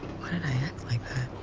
why did i act like